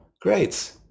Great